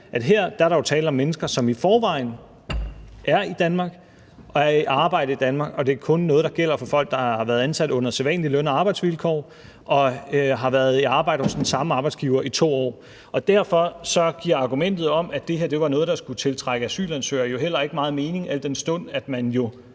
at der her er tale om mennesker, som i forvejen er i Danmark og er i arbejde i Danmark, og det er kun noget, der gælder for folk, der har været ansat på sædvanlige løn- og arbejdsvilkår og har været i arbejde hos den samme arbejdsgiver i 2 år. Derfor giver argumentet om, at det her var noget, der skulle tiltrække asylansøgere, jo heller ikke meget mening, al den stund at man jo